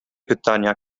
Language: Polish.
pytania